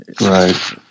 Right